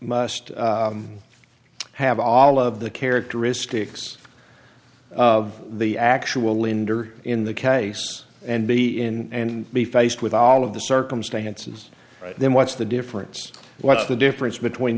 must must have all of the characteristics of the actual linder in the case and be in and be faced with all of the circumstances then what's the difference what's the difference between